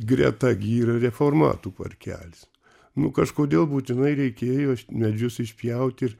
greta gi yra reformatų parkelis nu kažkodėl būtinai reikėjo medžius išpjaut ir